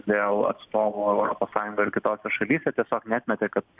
dėl atstovų europos sąjungoj ir kitose šalyse tiesiog neatmetė kad